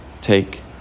Take